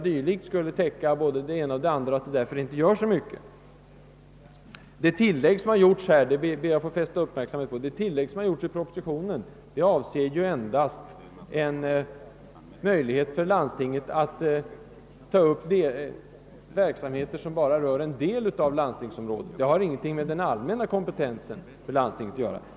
dylikt», skulle täcka en hel del, vilket skulle vara tillräckligt även i detta sammanhang. Jag vill fästa uppmärksamheten på att det tillägg som gjorts i propositionen endast avser en möjlighet för landstinget att ta upp verksamheter som enbart berör en del av landstingsområdet. Det har inget med den allmänna kompetensen för landstinget att göra.